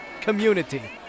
community